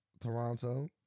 Toronto